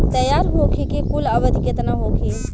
तैयार होखे के कुल अवधि केतना होखे?